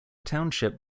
township